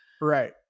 right